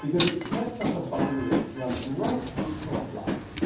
because it sets up a binary which runs right through cole's life,